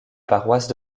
paroisse